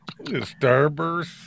Starburst